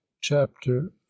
chapter